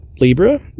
Libra